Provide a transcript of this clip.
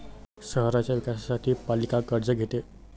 शहराच्या विकासासाठी पालिका कर्ज घेते